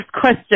question